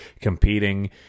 competing